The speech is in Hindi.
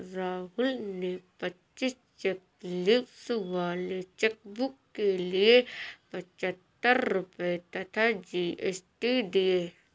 राहुल ने पच्चीस चेक लीव्स वाले चेकबुक के लिए पच्छत्तर रुपये तथा जी.एस.टी दिए